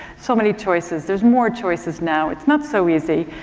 so many choices. there's more choices now. it's not so easy.